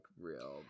real